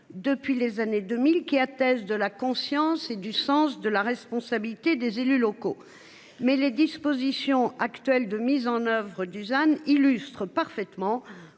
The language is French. depuis les années 2000 qui atteste de la conscience et du sens de la responsabilité des élus locaux mais les dispositions actuelles de mise en oeuvre Dusan illustre parfaitement